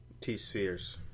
T-spheres